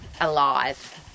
alive